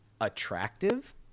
attractive